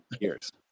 years